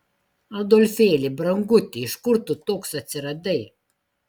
adolfėli branguti iš kur tu toks atsiradai